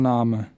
Name